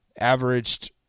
Averaged